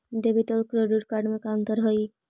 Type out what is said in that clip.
Debit और credit card में का अंतर हइ?